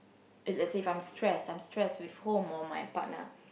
if let's say if I'm stress I'm stress with home or my partner